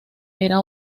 era